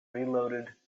reloaded